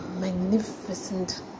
magnificent